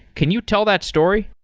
can you tell that story?